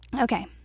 Okay